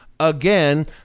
again